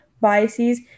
biases